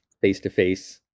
face-to-face